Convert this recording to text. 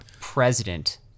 president